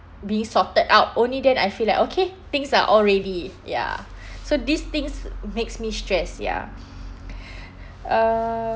being sorted out only then I feel like okay things are all ready ya so these things makes me stress ya uh